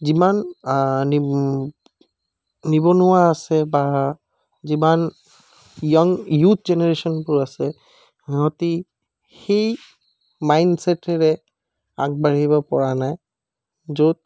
যিমান নিৱ নিৱনুৱা আছে বা যিমান য়ঙ য়ুথ জেনেৰেচনবোৰ আছে সিহঁতি সেই মাইণ্ডছেটেৰে আগবাঢ়িব পৰা নাই য'ত